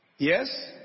Yes